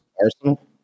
Arsenal